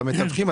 לגבי המתווכים,